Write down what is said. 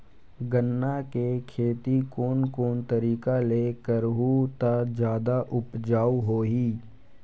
गन्ना के खेती कोन कोन तरीका ले करहु त जादा उपजाऊ होही?